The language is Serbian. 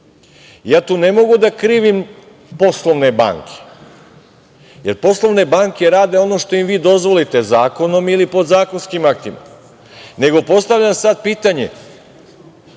Tu ne mogu da krivim poslovne banke, jer poslovne banke rade ono što im vi dozvolite zakonom, ili podzakonskim aktima, nego, postavljam sad pitanje